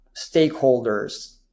stakeholders